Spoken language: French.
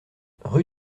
route